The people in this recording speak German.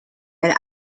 ein